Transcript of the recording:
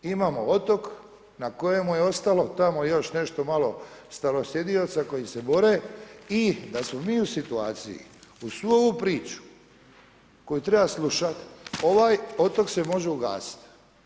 Imamo otok na kojem mu je ostalo tamo još nešto malo starosjedioca koji se bore i da smo mi u situaciji uz svu priču koju treba slušat, ovaj otok se može ugasiti.